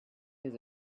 his